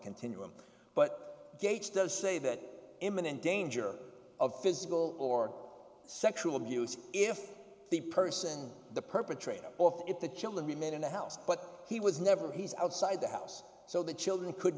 continuum but gates does say that imminent danger of physical or sexual abuse if the person the perpetrator off if the children remain in the house but he was never he's outside the house so the children could